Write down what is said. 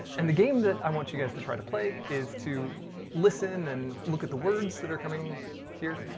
and the game that i want you guys to try to play, is to listen and look at the words that are coming here,